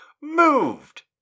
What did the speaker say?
moved